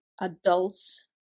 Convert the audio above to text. adults